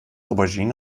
auberginen